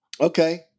Okay